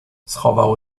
schował